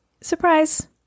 Surprise